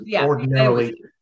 ordinarily